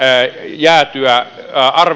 jäätyä